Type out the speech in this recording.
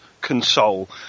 console